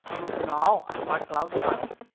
look now at my cloud-child.